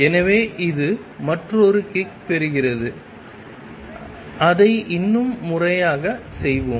எனவே இது மற்றொரு கிக் பெறுகிறது அதை இன்னும் முறையாக செய்வோம்